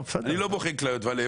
אני לא בוחן כליות ולב,